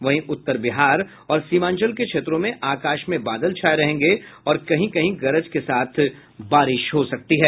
वहीं उत्तर बिहार और सीमांचल के क्षेत्रों में आकाश में बादल छाये रहेंगे और कहीं कहीं गरज के साथ बारिश हो सकती है